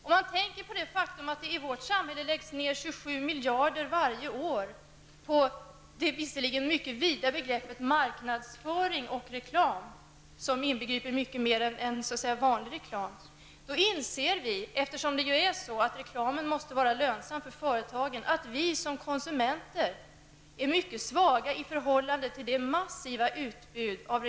Om man tänker på det faktum att det i vårt samhälle läggs ner 27 miljarder kronor varje år på marknadsföring och reklam, något som visserligen är ett ganska vitt begrepp och inbegriper mycket mer än så att säga vanlig reklam, inser vi -- eftersom reklamen ju måste vara lönsam för företagen -- att vi som konsumenter är mycket svaga i förhållande till det massiva reklamutbud som finns.